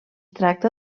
tracta